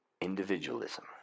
individualism